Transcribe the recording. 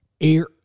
Air